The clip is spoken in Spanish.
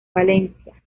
valencia